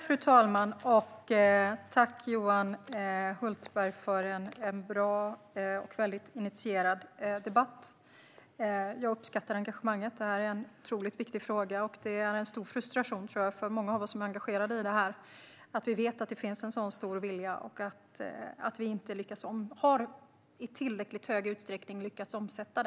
Fru talman! Jag tackar Johan Hultberg för en bra och väldigt initierad debatt. Jag uppskattar engagemanget. Detta är en otroligt viktig fråga, och jag tror att det är en stor frustration för många av oss som är engagerade i detta att veta att det finns en stor vilja som vi inte i tillräckligt stor utsträckning har lyckats omsätta.